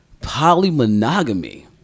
polymonogamy